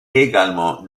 également